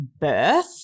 birth